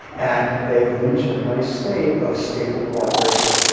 and they've reached a nice state of stable cooperation.